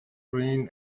green